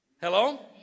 Hello